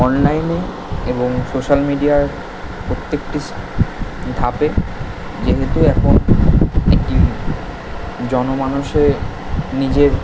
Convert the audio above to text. অনলাইনে এবং সোশ্যাল মিডিয়ায় প্রত্যেকটি ধাপে যেহেতু এখন জনমানুষে নিজের